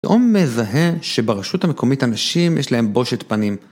לא מזהה שברשות המקומית הנשים יש להן בושת פנים.